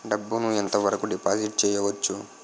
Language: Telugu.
డబ్బు ను ఎంత వరకు డిపాజిట్ చేయవచ్చు?